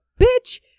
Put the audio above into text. bitch